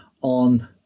on